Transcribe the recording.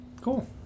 Cool